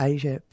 Asia